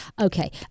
Okay